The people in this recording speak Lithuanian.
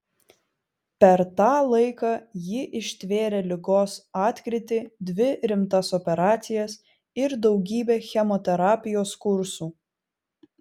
per tą laiką ji ištvėrė ligos atkrytį dvi rimtas operacijas ir daugybę chemoterapijos kursų